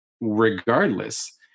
regardless